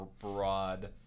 broad